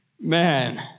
man